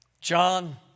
john